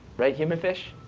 right, human fish?